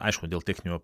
aišku dėl techninių